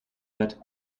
wird